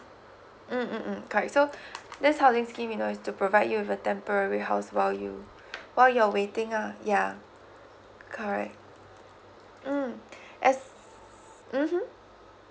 mm correct so that housing scheme is to provide you with a temporary house while you while your are waiting lah yeah correct mm as mm